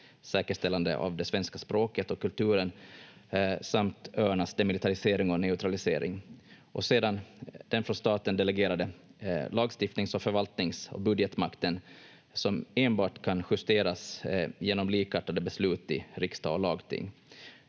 säkerställandet av det svenska språket och kulturen samt öarnas demilitarisering och neutralisering, och sedan den från staten delegerade statliga lagstiftnings-, förvaltnings- och budgetmakten som enbart kan justeras genom likartade beslut i riksdag och lagting.